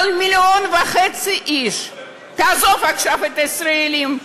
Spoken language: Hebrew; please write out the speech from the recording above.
אבל 1.5 מיליון איש, תעזוב עכשיו את הישראלים.